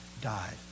died